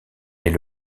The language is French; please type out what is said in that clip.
est